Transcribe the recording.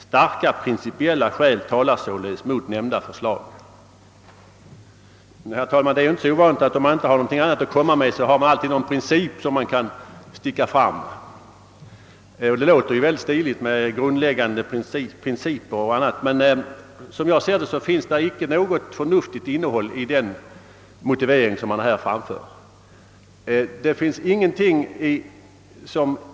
Starka principiella skäl talar således mot nämnda förslag.» Men om man inte har någonting annat att komma med, herr talman, är det ju inte så ovanligt att man kommer stickande med någon princip. Det låter mycket vackert med »grundläggande principer», men enligt min mening finns det inte något förnuftigt innehåll i den framförda motiveringen.